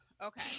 Okay